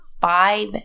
five